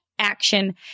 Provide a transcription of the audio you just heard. action